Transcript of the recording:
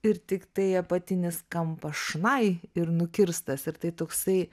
ir tiktai apatinis kampas šnai ir nukirstas ir tai toksai